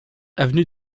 avenue